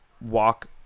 walk